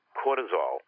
cortisol